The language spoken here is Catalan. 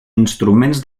instruments